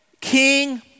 king